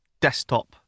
desktop